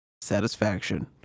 Satisfaction